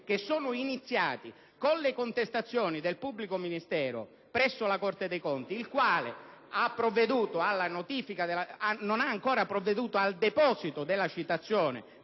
iniziati con le contestazioni del pubblico ministero presso la Corte dei conti, quando questi non abbia ancora provveduto al deposito della citazione